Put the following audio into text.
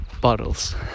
bottles